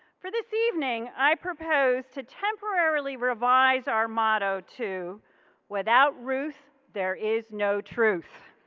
for this evening i propose to temporarily revise our motto to without ruth there is no truth.